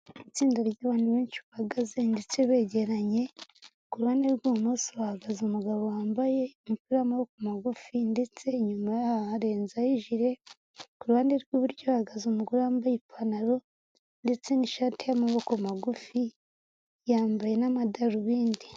Itsinda ry'abantu benshi bahagaze ndetse begeranye, ku ruhande rw'ibumoso hahagaze umugabo wambaye umupira w'amaboko magufi ndetse inyuma yaho arenzaho ijire, ku ruhande rw'iburyo hahagaze umugore wambaye ipantaro ndetse n'ishati y'amaboko magufi yambaye n'amadarubindi.